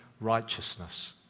righteousness